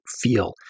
feel